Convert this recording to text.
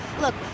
Look